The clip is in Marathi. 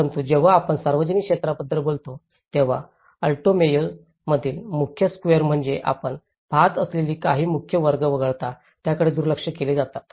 परंतु जेव्हा आपण सार्वजनिक क्षेत्राबद्दल बोलतो तेव्हा अल्टो मेयो मधील मुख्य स्वेअर म्हणजे आपण पहात असलेले काही मुख्य वर्ग वगळता त्याकडे दुर्लक्ष केले जाते